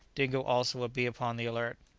dingo also would be upon the alert.